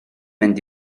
mynd